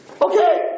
Okay